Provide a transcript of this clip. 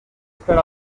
per